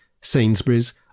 Sainsbury's